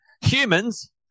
humans